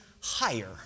higher